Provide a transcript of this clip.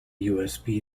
usb